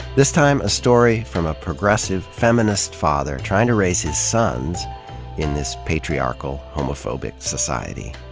this time a story from a progressive, feminist father trying to raise his sons in this patriarchal, homophobic society.